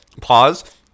pause